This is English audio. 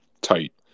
tight